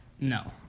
No